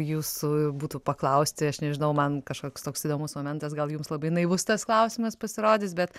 jūsų būtų paklausti aš nežinau man kažkoks toks įdomus momentas gal jums labai naivus tas klausimas pasirodys bet